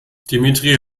dimitri